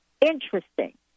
Interesting